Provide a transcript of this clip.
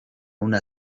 una